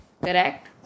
Correct